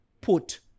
put